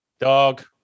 Dog